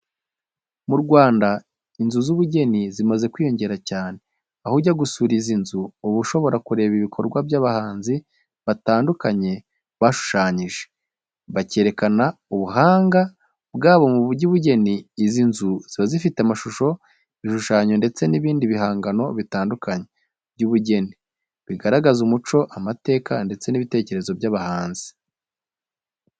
Mu Rwanda, inzu z’ubugeni zimaze kwiyongera cyane. Aho ujya gusura izi nzu, uba ushobora kureba ibikorwa by’abahanzi batandukanye bashushanyije, bakerekana ubuhanga bwabo mu by’ubugeni. Izi nzu ziba zifite amashusho, ibishushanyo, ndetse n’ibindi bihangano bitandukanye by’ubugeni, bigaragaza umuco, amateka, ndetse n’ibitekerezo by’abahanzi.